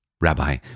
Rabbi